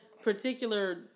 Particular